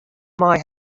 mei